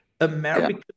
American